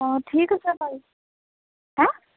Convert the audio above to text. অঁ ঠিক আছে বাৰু হা